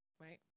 right